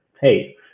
hey